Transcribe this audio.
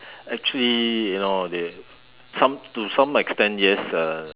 actually you know they some to some extent yes uh